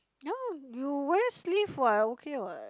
no you wear sleeve [what] okay [what]